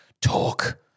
talk